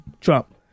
Trump